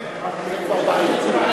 נמצא בתוך החוק.